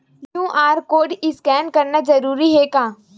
QR code scan करना जरूरी हे का?